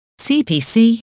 CPC